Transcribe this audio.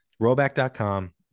rollback.com